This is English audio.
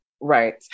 Right